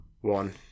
one